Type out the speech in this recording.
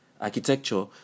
Architecture